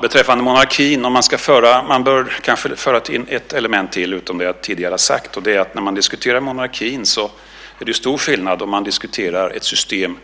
Beträffande monarkin bör man kanske föra in ett element till förutom det som jag tidigare har sagt, nämligen att när man diskuterar monarkin är det stor skillnad om man diskuterar ett system